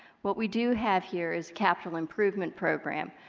what we do have here is capital improvement program,